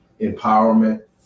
empowerment